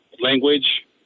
language